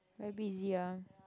very busy one